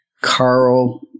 Carl